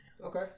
okay